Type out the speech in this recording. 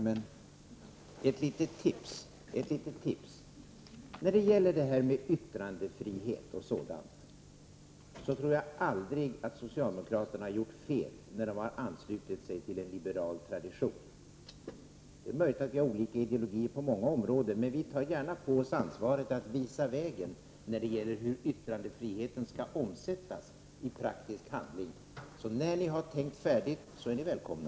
Får jag ge ett litet tips: När det gäller frågan om yttrandefrihet tror jag att socialdemokraterna aldrig gjort fel när de anslutit sig till en liberal tradition. Det är möjligt att vi har olika ideologier på många områden, men vi tar gärna på oss ansvaret att visa vägen när det gäller hur yttrandefriheten skall omsättas i praktisk handling. Så när ni har tänkt färdigt är ni välkomna!